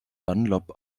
dunlop